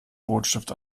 rotstift